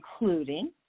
including